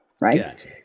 Right